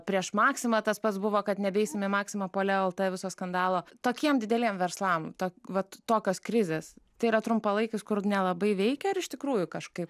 prieš maksimą tas pats buvo kad nebeisim į maksimą po leo el t viso skandalo tokiem dideliem verslam to vat tokios krizės tai yra trumpalaikis kur nelabai veikia ar iš tikrųjų kažkaip